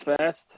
fast